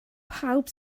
pawb